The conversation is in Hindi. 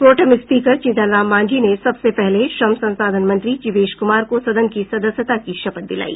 प्रोटेम स्पीकर जीतनराम मांझी ने सबसे पहले श्रम संसाधन मंत्री जीवेश कुमार को सदन की सदस्यता की शपथ दिलाई